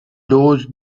those